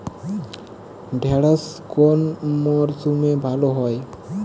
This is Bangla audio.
ঢেঁড়শ কোন মরশুমে ভালো হয়?